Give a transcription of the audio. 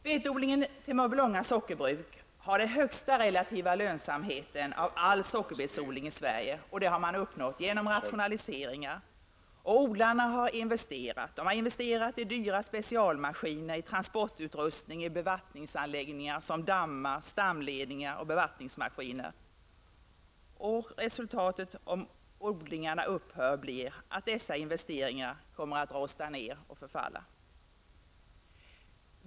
Betodlingen till Mörbylånga sockerbruk har den högsta relativa lönsamheten av all sockerbetsodling i Sverige. Detta har uppnåtts genom rationaliseringar. Odlarna har investerat i dyra specialmaskiner, transportutrustning och bevattningsanläggningar med såväl dammar, stamledningar och bevattningsmaskiner. Upphör odlingarna blir resultatet att dessa investeringar kommer att rosta ner och förfalla.